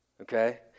Okay